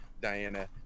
Diana